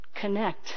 connect